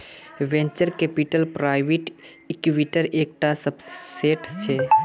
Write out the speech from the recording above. venture capital private इक्विटीर एक टा सबसेट छे